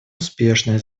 успешное